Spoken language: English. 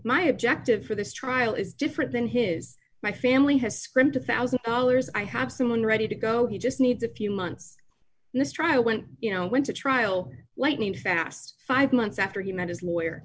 my objective for this trial is different than his my family has scrimped a one thousand dollars i have someone ready to go he just needs a few months in this trial went you know went to trial lightning fast five months after he met his lawyer